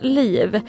liv